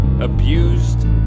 abused